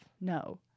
No